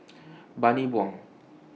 Bani Buang